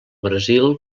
brasil